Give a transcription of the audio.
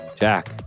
Jack